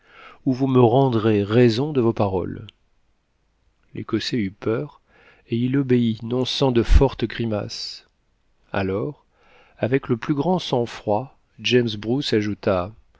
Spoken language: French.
ou vous me rendrez raison de vos paroles l'écossais eut peur et il obéit non sans de fortes grimaces alors avec le plus grand sang-froid james bruce ajouta